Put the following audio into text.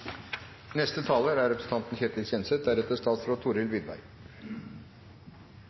Neste taler er representanten Erlend Wiborg, som er ordfører for saken, deretter statsråd